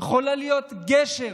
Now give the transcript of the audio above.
יכולה להיות גשר,